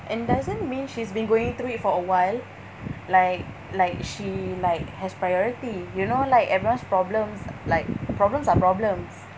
and doesn't mean she's been going through it for a while like like she like has priority you know like everyone's problems like problems are problems